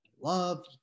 love